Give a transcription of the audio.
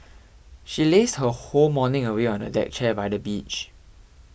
she lazed her whole morning away on a deck chair by the beach